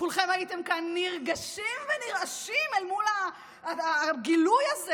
כולכם הייתם כאן נרגשים ונרעשים אל מול הגילוי הזה